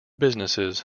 businesses